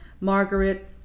Margaret